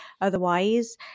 Otherwise